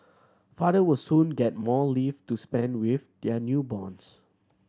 father will soon get more leave to spend with their newborns